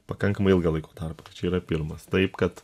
pakankamai ilgą laiko tarpą tai čia yra pirmas taip kad